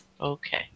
Okay